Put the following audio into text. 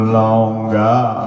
longer